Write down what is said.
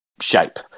shape